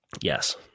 Yes